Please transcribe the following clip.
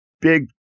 Big